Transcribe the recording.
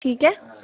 ठीक है